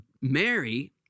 Mary